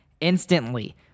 instantly